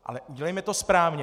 Ale udělejme to správně.